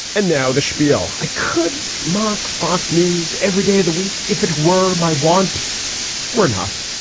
and now the spiel. i could mock fox news every day of the week. if it were my want were not.